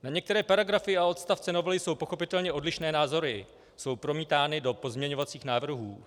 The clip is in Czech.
Na některé paragrafy a odstavce novely jsou pochopitelně odlišné názory, jsou promítány do pozměňovacích návrhů.